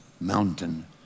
mountain